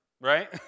right